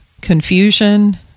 confusion